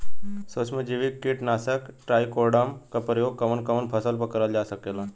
सुक्ष्म जैविक कीट नाशक ट्राइकोडर्मा क प्रयोग कवन कवन फसल पर करल जा सकेला?